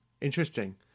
Interesting